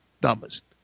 dumbest